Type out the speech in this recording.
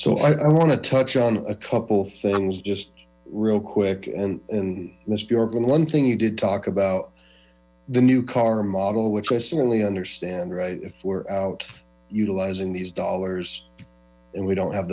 so i want to touch on a couple things just real quick and and miss bjorklund one thing you did talk about the new car model which i certainly understand right if we're out utilizing these dollars and we don't have